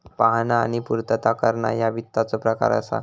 पाहणा आणि पूर्तता करणा ह्या वित्ताचो प्रकार असा